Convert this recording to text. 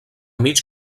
mig